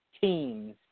teams